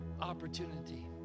opportunity